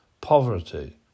poverty